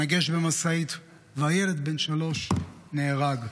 התנגש במשאית והילד בן שלוש נהרג.